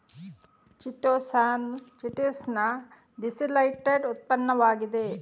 chitosan chitin ನ deacetylated ಉತ್ಪನ್ನವಾಗಿದೆ